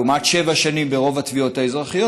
לעומת שבע שנים ברוב התביעות האזרחיות,